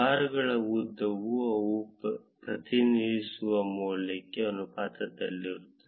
ಬಾರ್ಗಳ ಉದ್ದವು ಅವು ಪ್ರತಿನಿಧಿಸುವ ಮೌಲ್ಯಕ್ಕೆ ಅನುಪಾತದಲ್ಲಿರುತ್ತದೆ